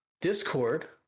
Discord